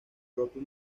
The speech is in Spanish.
propio